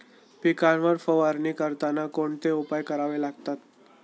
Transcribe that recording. पिकांवर फवारणी करताना कोणते उपाय करावे लागतात?